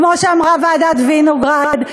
כמו שאמרה ועדת וינוגרד,